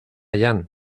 yan